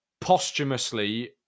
posthumously